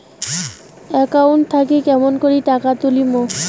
Account থাকি কেমন করি টাকা তুলিম?